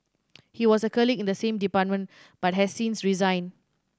he was a colleague in the same department but has since resigned